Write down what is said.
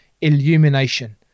illumination